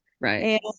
Right